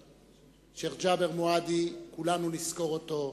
שיח' ג'בר מועדי, כולנו נזכור אותו.